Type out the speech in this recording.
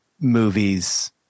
movies